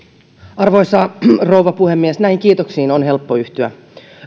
arvoisa rouva puhemies näihin kiitoksiin on helppo yhtyä